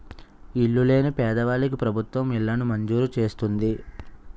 ఇల్లు లేని పేదవాళ్ళకి ప్రభుత్వం ఇళ్లను మంజూరు చేస్తుంది